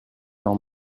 nor